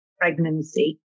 pregnancy